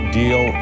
deal